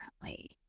differently